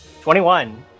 21